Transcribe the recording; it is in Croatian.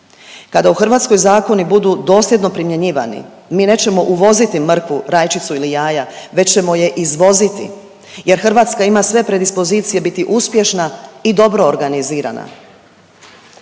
Kada u Hrvatskoj zakoni budu dosljedno primjenjivani, mi nećemo uvoziti mrkvu, rajčicu ili jaja, već ćemo je izvoziti jer Hrvatska ima sve predispozicija biti uspješna i dobro organizirana.